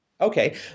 Okay